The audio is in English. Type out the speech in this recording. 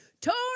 Tony